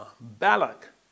Balak